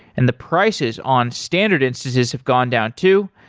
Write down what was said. and the prices on standard instances have gone down too.